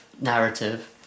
narrative